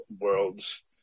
worlds